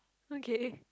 okay